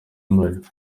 mali